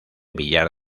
villar